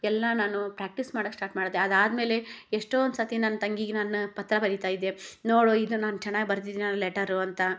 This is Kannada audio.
ಎಲ್ಲಾ ನಾನು ಪ್ರ್ಯಾಕ್ಟೀಸ್ ಮಾಡಕ್ಕೆ ಸ್ಟಾಟ್ ಮಾಡ್ದೆ ಅದಾದ್ಮೇಲೆ ಎಷ್ಟೋಂದು ಸತಿ ನನ್ನ ತಂಗಿಗೆ ನಾನು ಪತ್ರ ಬರೀತಾಯಿದ್ದೆ ನೋಡು ಇದು ನಾನು ಚೆನ್ನಾಗಿ ಬರ್ದಿದಿನಾ ಲೆಟರು ಅಂತ